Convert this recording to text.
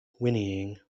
whinnying